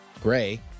Gray